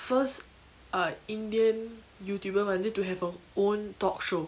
first uh indian youtuber who wanted to have her own talkshow